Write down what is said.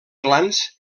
clans